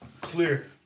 clear